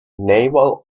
naval